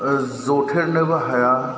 जथेरनोबो हाया